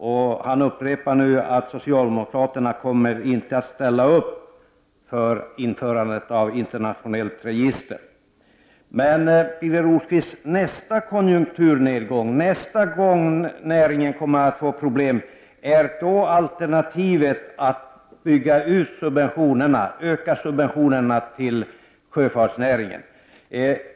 Birger Rosqvist upprepar nu att socialdemokraterna inte kommer att ställa sig bakom ett införande av ett internationellt register. Men hur blir det vid nästa konjukturnedgång och nästa gång näringen får problem? Är då alternativet att öka subventionerna till sjöfartsnäringen?